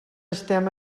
estem